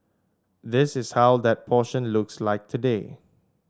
this is how that portion looks like today